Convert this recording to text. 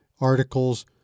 articles